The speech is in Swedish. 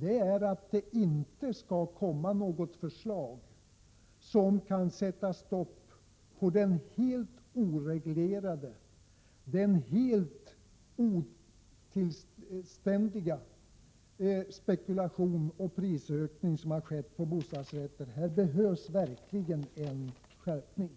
är att det inte kommer något förslag om att sätta stopp för den helt oreglerade och helt otillständiga spekulationen och prisökningen på bostadsrätter. Här behövs verkligen en skärpning.